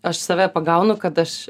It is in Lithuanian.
aš save pagaunu kad aš